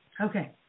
Okay